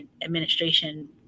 administration